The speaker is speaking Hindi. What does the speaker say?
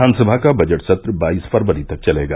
विधानसभा का बजट सत्र बाईस फरवरी तक चलेगा